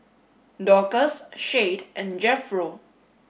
Dorcas Shade and Jethro